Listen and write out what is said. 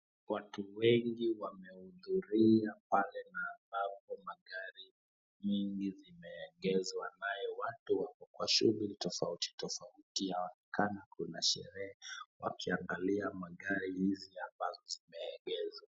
watu wengi wamehudhuria pale na ambapo magari nyingi zimeegezwa. Ambaye watu wako kwa shughuli tofauti tofauti. Inaonekana kuna sherehe wakianghalia magari hizi ambazo zimeegezwa.